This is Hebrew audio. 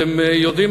אתם יודעים,